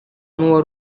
n’uwa